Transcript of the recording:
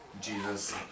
Jesus